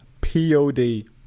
P-O-D